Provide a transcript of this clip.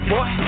Boy